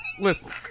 listen